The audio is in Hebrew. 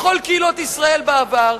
בכל קהילות ישראל בעבר,